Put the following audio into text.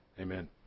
Amen